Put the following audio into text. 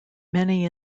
many